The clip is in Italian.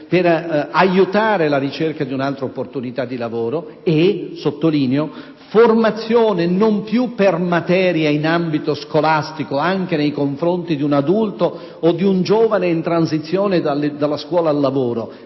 per aiutarla nella ricerca di un'altra opportunità di lavoro; infine, formazione non più per materia in ambito scolastico, anche nei confronti di un adulto o di un giovane in transizione dalla scuola al lavoro,